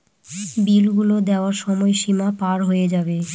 বিল গুলো দেওয়ার সময় সীমা পার হয়ে যাবে